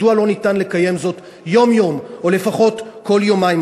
מדוע לא ניתן לקיים זאת יום-יום או לפחות כל יומיים,